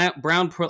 Brown